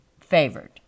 favored